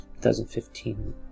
2015